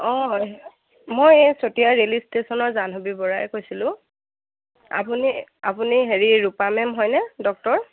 অঁ হয় মই এই চতিয়া ৰেইল ষ্টেশ্যনৰ জাহ্নৱী বৰাই কৈছিলোঁ আপুনি আপুনি হেৰি ৰূপা মেম হয়নে ডক্টৰ